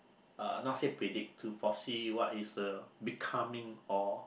uh not say predict to foresee what is the becoming or